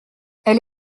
elle